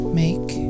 make